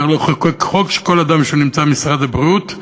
צריך לחוקק חוק שכל אדם שנמצא במשרד הבריאות,